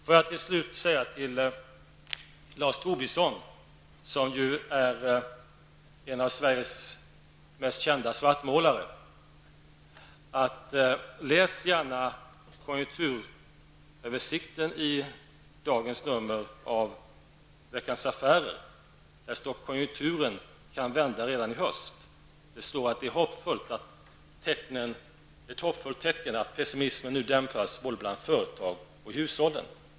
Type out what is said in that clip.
Jag vill till slut säga till Lars Tobisson, som ju är en av Sveriges mest kända svartmålare: Läs gärna konjunkturöversikten i dagens nummer av Veckans Affärer. Där står det att konjunkturen kan vända redan i höst. Det står att det är ett hoppfullt tecken att pessimismen nu dämpas bland både företag och hushåll.